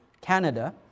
Canada